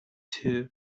too